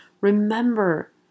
remember